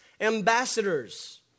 ambassadors